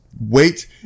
Wait